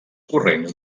corrents